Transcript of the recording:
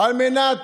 על מנת